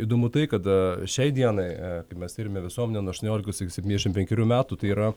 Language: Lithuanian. įdomu tai kad šiai dienai kai mes tyrėme visuomenę nuo aštuoniolikos iki septyniasdešimt penkerių metų tai yra